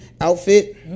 outfit